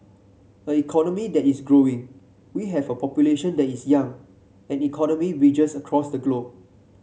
an economy that is growing we have a population that is young and economy bridges across the globe